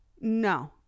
No